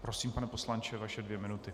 Prosím, pane poslanče, vaše dvě minuty.